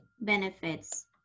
benefits